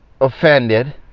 Offended